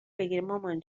بگیرمامان